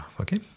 Okay